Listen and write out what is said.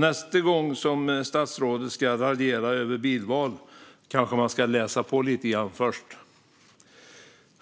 Nästa gång som statsrådet ska raljera över bilval kanske han ska läsa på lite grann först.